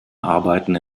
arbeiten